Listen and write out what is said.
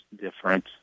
different